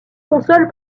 console